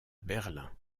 berlin